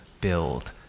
build